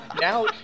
now